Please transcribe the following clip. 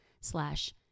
slash